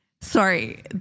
Sorry